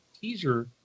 teaser